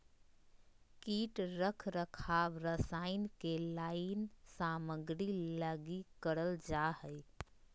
कीट रख रखाव रसायन के लाइन सामग्री लगी करल जा हइ